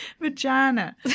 vagina